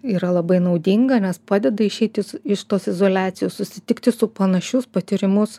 yra labai naudinga nes padeda išeiti iš tos izoliacijos susitikti su panašius patyrimus